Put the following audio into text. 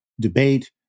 debate